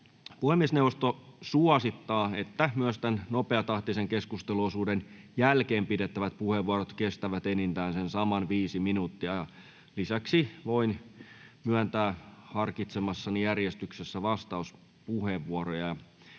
Puhemiesneuvosto suosittaa, että myös nopeatahtisen keskusteluosuuden jälkeen pidettävät puheenvuorot kestävät enintään sen saman viisi minuuttia. Lisäksi voin myöntää harkitsemassani järjestyksessä vastauspuheenvuoroja.